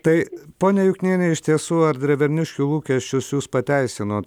tai ponia jukniene iš tiesų ar dreverniškių lūkesčius jūs pateisinot